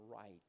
right